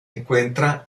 encuentra